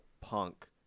Punk